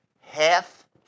half